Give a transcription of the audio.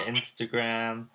Instagram